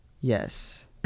Yes